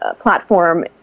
platform